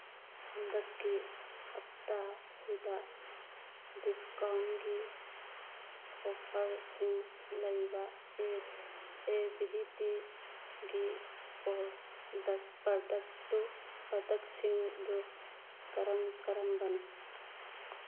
ꯍꯟꯗꯛꯀꯤ ꯍꯞꯇꯥ ꯑꯁꯤꯗ ꯗꯤꯁꯀꯥꯎꯟꯒꯤ ꯑꯣꯐꯔꯁꯤꯡ ꯂꯩꯕ ꯑꯦ ꯚꯤ ꯇꯤꯒꯤ ꯄ꯭ꯗꯛꯇꯨ ꯄ꯭ꯔꯗꯛꯁꯤꯡꯗꯨ ꯀꯔꯝ ꯀꯔꯝꯕꯅꯣ